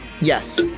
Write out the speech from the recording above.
Yes